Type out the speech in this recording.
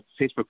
Facebook